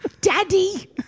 Daddy